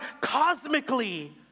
cosmically